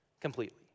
completely